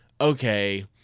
okay